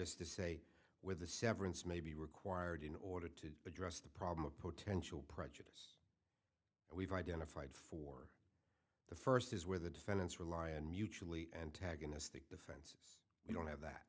is to say with the severance may be required in order to address the problem of potential prejudice and we've identified for the first is where the defendants rely and mutually antagonistic because we don't have that